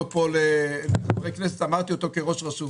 פה לחברי כנסת אמרתי אותו כראש רשות